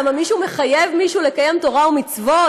למה, מישהו מחייב מישהו לקיים תורה ומצוות?